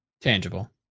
Tangible